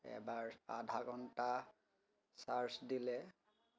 এবাৰ আধা ঘণ্টা চাৰ্জ দিলে